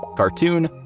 cartoon,